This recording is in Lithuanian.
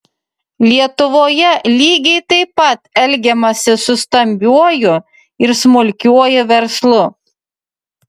lietuvoje lygiai taip pat elgiamasi su stambiuoju ir smulkiuoju verslu